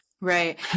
Right